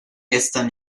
gestern